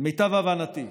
למיטב הבנתי,